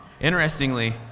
Interestingly